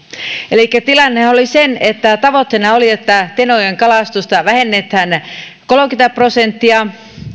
alueella tilannehan oli se että tavoitteena oli että tenojoen kalastusta vähennetään kolmekymmentä prosenttia